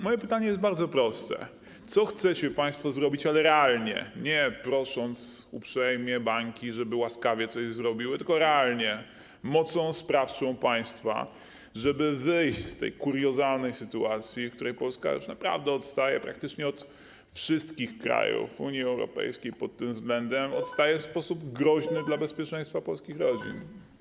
Moje pytanie jest bardzo proste: Co chcecie państwo zrobić, ale realnie, a nie poprzez uprzejme proszenie banków, żeby łaskawie coś zrobiły, tylko realnie, mocą sprawczą państwa, żeby wyjść z tej kuriozalnej sytuacji, w której Polska już naprawdę odstaje od praktycznie wszystkich krajów Unii Europejskiej pod tym względem, odstaje w sposób groźny dla bezpieczeństwa polskich rodzin?